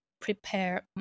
prepare